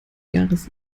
jahres